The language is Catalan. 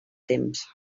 temps